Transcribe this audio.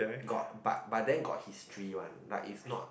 got but but then got history one like its not